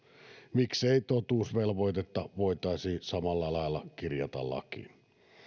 miksei totuusvelvoitetta voitaisi samalla lailla kirjata lakiin